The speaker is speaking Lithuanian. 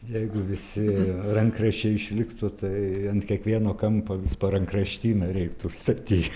jeigu visi rankraščiai išliktų tai ant kiekvieno kampo vis po rankraštyną reiktų statyt